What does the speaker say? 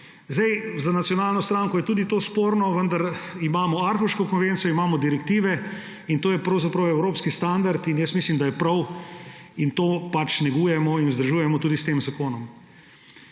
nimajo. Za Nacionalno stranko je tudi to sporno, vendar imamo Aarhuško konvencijo, imamo direktive in to je pravzaprav evropski standard. Mislim, da je prav, da to pač negujemo in vzdržujemo tudi s tem zakonom.